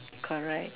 correct